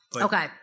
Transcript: Okay